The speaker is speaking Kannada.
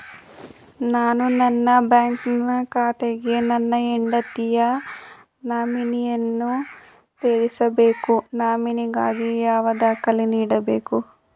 ನಾನು ನನ್ನ ಬ್ಯಾಂಕಿನ ಖಾತೆಗೆ ನನ್ನ ಹೆಂಡತಿಯ ನಾಮಿನಿಯನ್ನು ಸೇರಿಸಬೇಕು ನಾಮಿನಿಗಾಗಿ ಯಾವ ದಾಖಲೆ ನೀಡಬೇಕು?